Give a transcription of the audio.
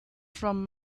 from